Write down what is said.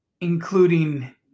including